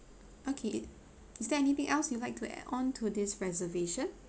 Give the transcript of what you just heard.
okay is there anything else you'd like to add on to this reservation